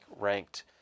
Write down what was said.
ranked